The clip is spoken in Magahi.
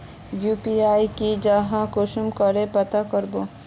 यु.पी.आई की जाहा कुंसम करे पता करबो?